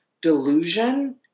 delusion